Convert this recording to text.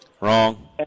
Wrong